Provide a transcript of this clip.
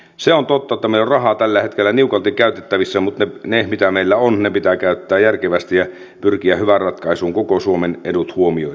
se on totta että meillä on rahaa tällä hetkellä niukalti käytettävissä mutta ne mitä meillä on pitää käyttää järkevästi ja pyrkiä hyvään ratkaisuun koko suomen edut huomioiden